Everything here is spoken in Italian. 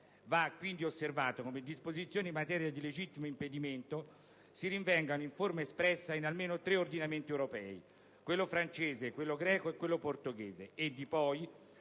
Va, quindi, osservato come disposizioni in materia di legittimo impedimento si rinvengano in forma espressa in almeno tre ordinamenti europei, quello francese, quello greco e quello portoghese, e, di poi,